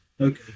Okay